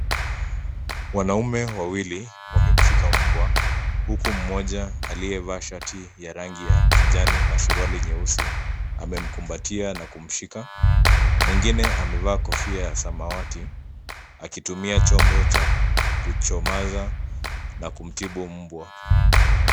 Wanaume wawili wamemshika mbwa, huku mmoja aliyevaa shati ya rangi ya kijani na suruali nyeusi amemkumbatia na kumshika. Mwingine amevaa kofia ya samawati akitumia chombo cha kuchomaza na kumtibu mbwa.